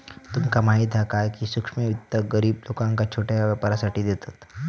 तुमका माहीत हा काय, की सूक्ष्म वित्त गरीब लोकांका छोट्या व्यापारासाठी देतत